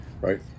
right